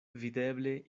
videble